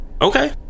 Okay